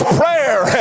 prayer